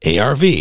ARV